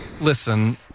Listen